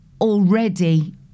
already